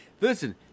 Listen